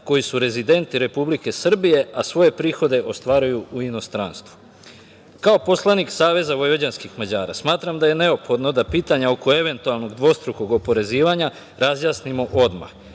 koji su rezidenti Republike Srbije, a svoje prihode ostvaruju u inostranstvu. Kao poslanik Saveza vojvođanskih Mađara smatram da je neophodno da pitanja oko eventualnog dvostrukog oporezivanja razjasnimo odmah.